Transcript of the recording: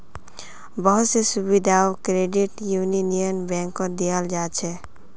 बहुत स सुविधाओ क्रेडिट यूनियन बैंकत दीयाल जा छेक